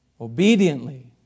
obediently